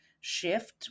shift